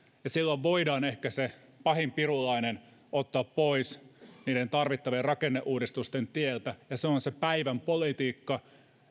ja silloin voidaan ehkä se pahin pirulainen ottaa pois niiden tarvittavien rakenneuudistusten tieltä ja se on se päivänpolitiikka